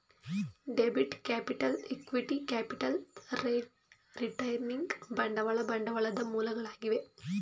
debit capital, equity capital, retaining ಬಂಡವಾಳ ಬಂಡವಾಳದ ಮೂಲಗಳಾಗಿವೆ